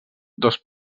dos